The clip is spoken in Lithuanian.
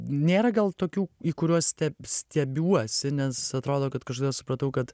nėra gal tokių į kuriuos steb stiebiuosi nes atrodo kad kažkada supratau kad